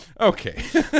Okay